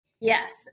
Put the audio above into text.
Yes